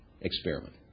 experiment